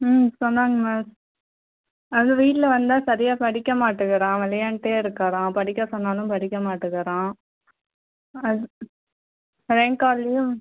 ம் சொன்னாங்க மிஸ் அது வீட்டில் வந்தால் சரியாக படிக்க மாட்டிக்கிறான் விளையாண்ட்டே இருக்கிறான் படிக்க சொன்னாலும் படிக்க மாட்டிக்கிறான் அது ரேங்க் கார்ட்லேயும்